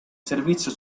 servizio